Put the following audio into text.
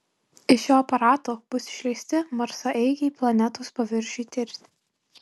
iš šio aparato bus išleisti marsaeigiai planetos paviršiui tirti